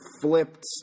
flipped